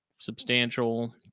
Substantial